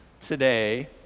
today